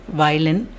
violin